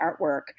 artwork